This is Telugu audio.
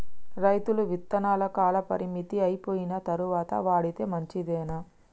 రైతులు విత్తనాల కాలపరిమితి అయిపోయిన తరువాత వాడితే మంచిదేనా?